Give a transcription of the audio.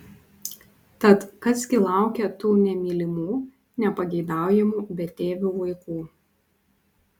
tad kas gi laukia tų nemylimų nepageidaujamų betėvių vaikų